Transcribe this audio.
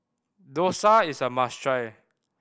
dosa is a must try